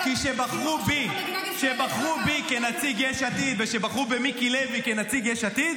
--- כי כשבחרו בי כנציג יש עתיד וכשבחרו במיקי לוי כנציג יש עתיד,